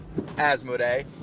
Asmode